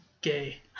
gay